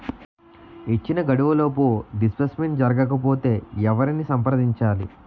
ఇచ్చిన గడువులోపు డిస్బర్స్మెంట్ జరగకపోతే ఎవరిని సంప్రదించాలి?